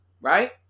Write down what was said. Right